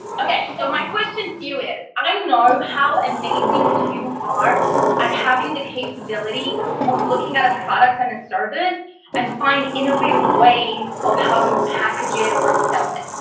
okay, so my question to you is, i know how amazing you are at having the capability of looking at a product and a service and find innovative ways of how to package it or sell it.